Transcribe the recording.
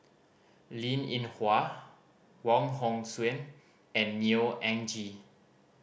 Linn In Hua Wong Hong Suen and Neo Anngee